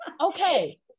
okay